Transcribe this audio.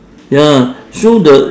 ya so the